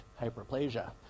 hyperplasia